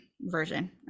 version